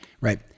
Right